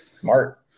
smart